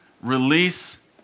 Release